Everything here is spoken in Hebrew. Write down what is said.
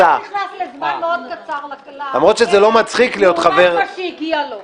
גטאס נכנס לזמן מאוד קצר לכלא לעומת מה שהגיע לו.